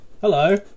Hello